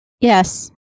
Yes